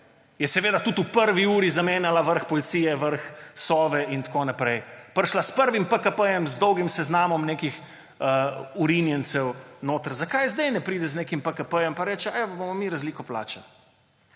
Ja, seveda, tudi v prvi uri je zamenjala vrh policije, vrh Sove in tako naprej. Prišla s prvim PKP, z dolgim seznamom nekih vrinjencev. Zakaj zdaj ne pride z nekim PKP pa reče, evo, bomo mi razliko plačali,